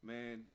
Man